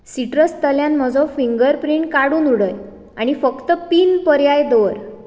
सिट्रसांतल्यान म्हजो finger print काडून उडय आनी फकत पिन पर्याय दवर